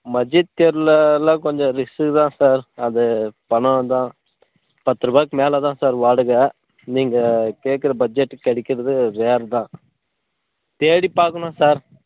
மத்திய தெருவில் எல்லாம் கொஞ்சம் ரிஸ்க் தான் சார் அது பணம் தான் பத்து ரூபாய்க்கு மேலே தான் சார் வாடகை நீங்கள் கேட்குற பட்ஜெட்டுக்கு கிடைக்குறது ரேர் தான் தேடி பார்க்கணும் சார்